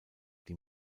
die